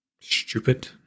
stupid